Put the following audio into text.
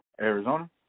Arizona